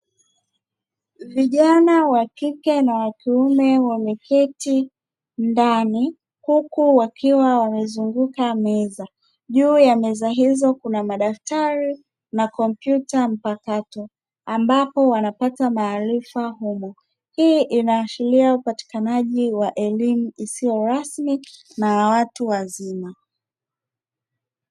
Vijana wa kike na wa kiume wameketi ndani, huku wakiwa wamezunguka meza. Juu ya meza hizo kuna madaftari na kompyuta mpakato ambapo wanapata maarifa humo. Hii inaashiria upatikanaji wa elimu isiyo rasmi na ya watu wazima.